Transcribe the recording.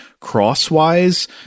crosswise